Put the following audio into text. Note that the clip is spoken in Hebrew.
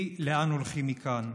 היא לאן הולכים מכאן.